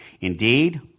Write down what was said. Indeed